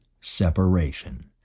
separation